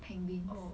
penguins